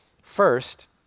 First